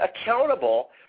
accountable